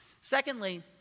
Secondly